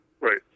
Right